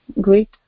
great